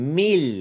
mil